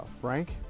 Frank